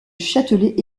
châtelet